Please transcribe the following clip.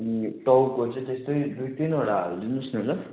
ए टाउको चाहिँ त्यस्तै दुई तिनवटा हालिदिनुहोस् न ल